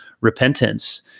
repentance